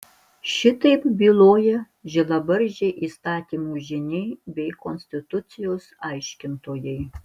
šitaip byloja žilabarzdžiai įstatymų žyniai bei konstitucijos aiškintojai